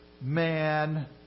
man